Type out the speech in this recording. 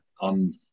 on